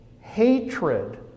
hatred